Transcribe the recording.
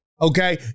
okay